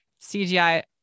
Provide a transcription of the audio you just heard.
cgi